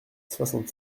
soixante